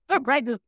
right